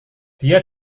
dia